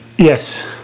Yes